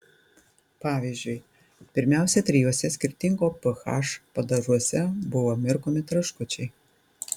pavyzdžiui pirmiausia trijuose skirtingo ph padažuose buvo mirkomi traškučiai